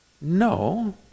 no